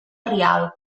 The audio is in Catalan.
rialb